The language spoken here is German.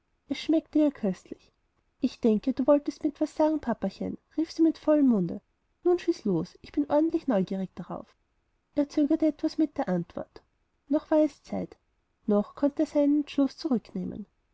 es schmeckte ihr köstlich ich denke du wolltest mir etwas sagen papachen rief sie mit vollem munde nun schieß los ich bin ordentlich neugierig darauf er zögerte etwas mit der antwort noch war es zeit noch konnte er seinen entschluß zurücknehmen